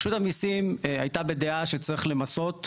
רשות המיסים הייתה בדעה שצריך למסות,